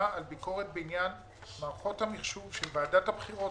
על ביקורת בעניין מערכות המחשוב של ועדת הבחירות